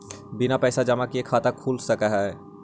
बिना पैसा जमा किए खाता खुल सक है?